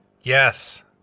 yes